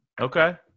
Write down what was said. Okay